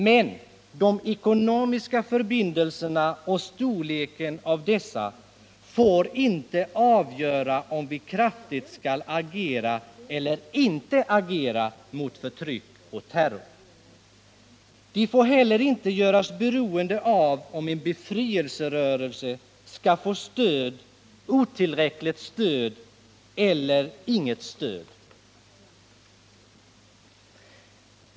Men de ekonomiska förbindelserna och storleken av dessa får inte avgöra om vi skall agera kraftigt eller inte agera mot förtryck och terror. De får heller inte göras beroende av om en befrielserörelse skall få stöd, otillräckligt stöd eller inget stöd alls.